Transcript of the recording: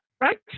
Right